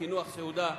בקינוח סעודה,